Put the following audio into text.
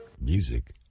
Music